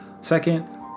Second